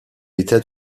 était